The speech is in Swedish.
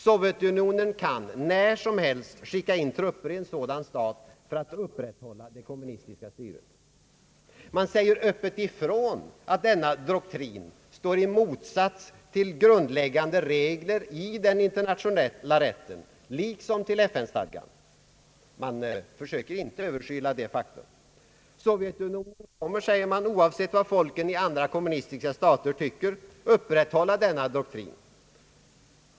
Sovjetunionen kan när som helst skicka in trupper i en sådan stat för att upprätthålla det kommunistiska styret. Man sä Allmänpolitisk debatt ger Öppet ifrån att denna doktrin står i motsats till grundläggande regler i den internationella rätten liksom till FN-stadgan; man försöker inte överskyla detta faktum. Sovjetunionen kommer, säger man, oavsett vad folken i andra kommunistiska stater tycker, att upprätthålla denna doktrin.